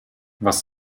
was